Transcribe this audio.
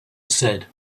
said